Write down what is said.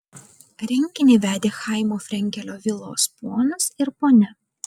renginį vedė chaimo frenkelio vilos ponas ir ponia